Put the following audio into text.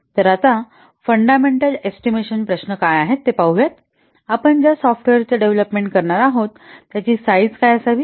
तर आता fundamental estimation प्रश्न काय आहेत ते पाहू आपण ज्या सॉफ्टवेअरचा डेव्हलपमेंट करणार आहोत त्याची साइज काय असावी